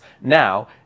Now